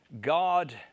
God